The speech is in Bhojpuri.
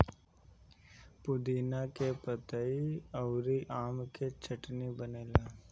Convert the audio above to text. पुदीना के पतइ अउरी आम के चटनी बनेला